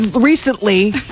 recently